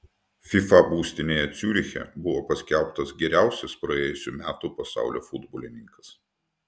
fifa būstinėje ciuriche buvo paskelbtas geriausias praėjusių metų pasaulio futbolininkas